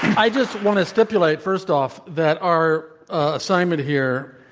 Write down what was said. i just want to stipulate, first off, that our assignment here